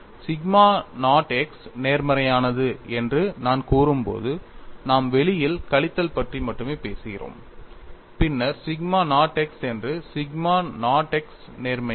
sigma naught x நேர்மறையானது என்று நான் கூறும்போது நாம் வெளியில் கழித்தல் பற்றி மட்டுமே பேசுகிறோம் பின்னர் சிக்மா நாட் x என்று சிக்மா நாட் x நேர்மறையானது